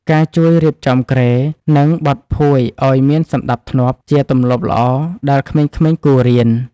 ការជួយរៀបចំគ្រែ និងបត់ភួយឱ្យមានសណ្តាប់ធ្នាប់ ជាទម្លាប់ល្អដែលក្មេងៗគួររៀន។